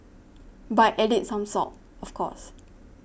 by adding some salt of course